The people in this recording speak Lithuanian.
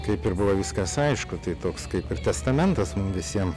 kaip ir buvo viskas aišku tai toks kaip ir testamentas mum visiem